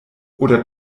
oder